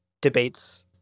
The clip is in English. debates